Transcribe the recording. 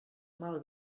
mal